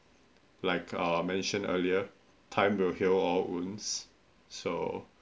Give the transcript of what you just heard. like uh mentioned earlier time will heal all wounds so